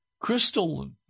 crystal